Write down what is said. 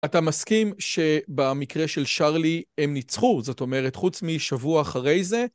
אתה מסכים שבמקרה של שרלי הם ניצחו, זאת אומרת, חוץ משבוע אחרי זה?